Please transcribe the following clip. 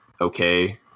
okay